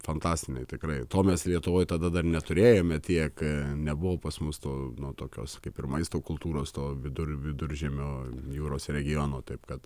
fantastiniai tikrai to mes lietuvoj tada dar neturėjome tiek nebuvo pas mus to nu tokios kaip ir maisto kultūros to vidur viduržemio jūros regiono taip kad